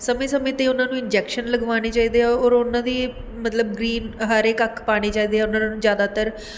ਸਮੇਂ ਸਮੇਂ 'ਤੇ ਉਹਨਾਂ ਨੂੰ ਇੰਜੈਕਸ਼ਨ ਲਗਵਾਉਣੇ ਚਾਹੀਦੇ ਆ ਔਰ ਉਹਨਾਂ ਦੀ ਮਤਲਬ ਗਰੀਨ ਹਰ ਇੱਕ ਕੱਖ ਪਾਉਣੀ ਚਾਹੀਦੀ ਉਹਨਾਂ ਨੂੰ ਜ਼ਿਆਦਾਤਰ